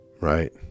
right